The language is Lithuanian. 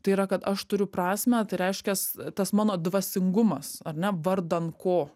tai yra kad aš turiu prasmę tai reiškias tas mano dvasingumas ar ne vardan ko